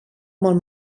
molt